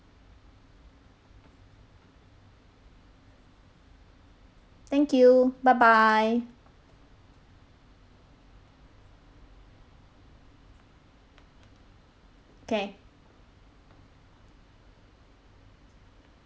thank you bye bye okay